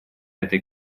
этой